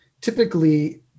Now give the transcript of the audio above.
typically